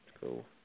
cool